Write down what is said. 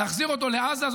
להחזיר אותו לעזה.